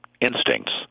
instincts